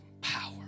power